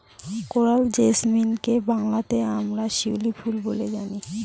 coral জেসমিনকে বাংলাতে আমরা শিউলি ফুল বলে জানি